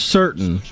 certain